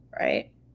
Right